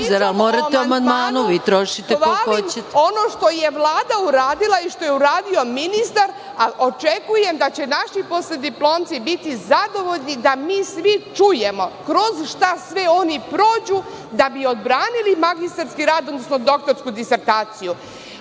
Bogosavljević-Bošković** Hvalim ono što je Vlada uradila i što je uradio ministar, a očekujem da će naši posle diplomci biti zadovoljni da mi svi čujemo kroz šta sve oni prođu da bi odbranili magistarski rad, odnosno doktorsku disertaciju. Osim